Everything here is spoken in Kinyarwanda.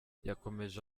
yakomeje